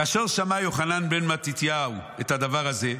כאשר שמע יוחנן בן מתתיהו את הדבר הזה,